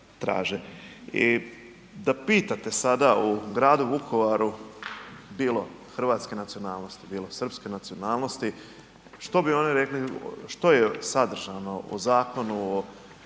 I da pitate sada o gradu Vukovaru bilo hrvatske nacionalnosti, bilo srpske nacionalnosti, što bi oni rekli što je sadržano u Zakonu o